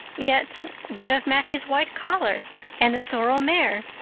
yet what of matthew's white collar and the sorrel mare?